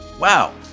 Wow